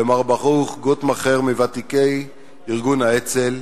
למר ברוך גוטמכר, מוותיקי ארגון האצ"ל,